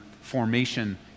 formation